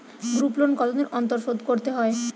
Group loan কতদিন অন্তর শোধকরতে হয়?